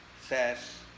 says